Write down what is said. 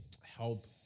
help